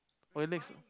okay next